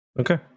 okay